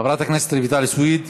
חברת כנסת רויטל סויד.